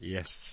Yes